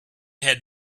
had